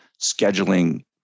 scheduling